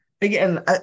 Again